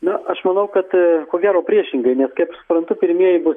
na aš manau kad ko gero priešingai nes kaip suprantu pirmieji bus